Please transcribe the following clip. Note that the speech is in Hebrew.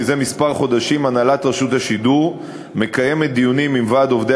זה כמה חודשים הנהלת רשות השידור מקיימת דיונים עם ועד עובדי